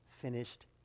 finished